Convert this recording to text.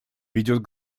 ведет